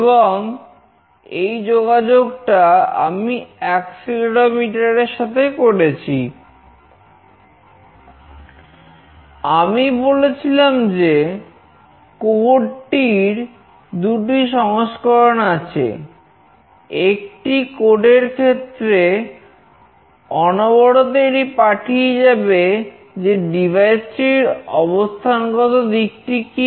এবং আমি বলেছিলাম যে কোড টির অবস্থানগত দিকটি কি